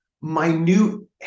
minute